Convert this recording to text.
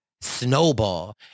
snowball